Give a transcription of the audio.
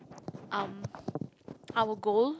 um our goal